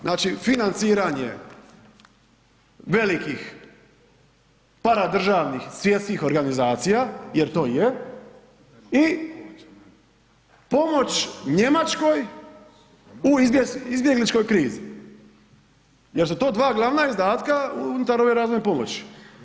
Znači financiranje velikih paradržavnih svjetskih organizacija jer to je i pomoć Njemačkoj u izbjegličkoj krizi jer su to dva glavna izdatka unutar ove razvojne pomoći.